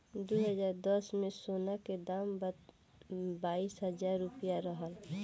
दू हज़ार दस में, सोना के दाम बाईस हजार रुपिया रहल